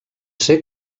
ser